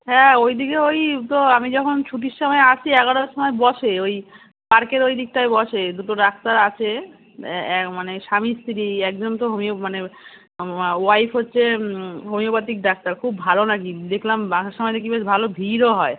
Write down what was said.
হ্যাঁ ওই দিকে ওই তো আমি যখন ছুটির সময় আসি এগারোটার সময় বসে ওই পার্কের ওই দিকটায় বসে দুটো ডাক্তার আছে মানে স্বামী স্ত্রী একজন তো হোমিও মানে ওয়াইফ হচ্ছে হোমিওপ্যাথিক ডাক্তার খুব ভালো নাকি দেখলাম আসার সময় দেখি বেশ ভালো ভিড়ও হয়